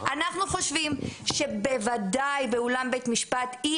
אנחנו חושבים שבוודאי באולם בית משפט אי